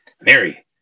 Mary